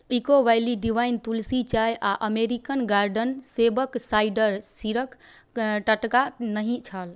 eco Valley Divine Tulsi चाय आओर American Garden सेबके साइडर सिरक टटका नहि छल